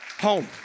home